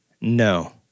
No